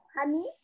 honey